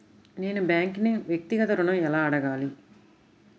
నేను బ్యాంక్ను వ్యక్తిగత ఋణం ఎలా అడగాలి?